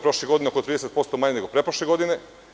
Prošle godine oko 30% manje nego pretprošle godine.